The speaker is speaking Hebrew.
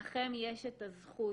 לכם יש את הזכות,